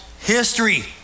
history